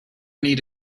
need